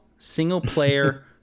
Single-player